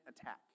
attack